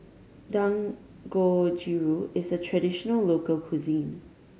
dangojiru is a traditional local cuisine